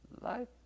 life